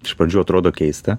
iš pradžių atrodo keista